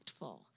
impactful